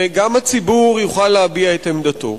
וגם הציבור יוכל להביע את עמדתו.